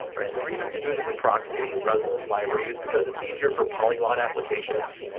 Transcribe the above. and the reason to do it as a proxy rather than library is because it's easier for polyglot applications.